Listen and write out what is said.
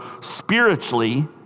spiritually